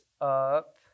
up